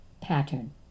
pattern